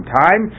time